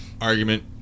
Argument